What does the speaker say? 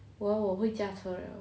我我会驾车了